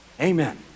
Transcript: Amen